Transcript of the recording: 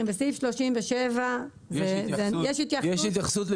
בסעיף 37 יש התייחסות.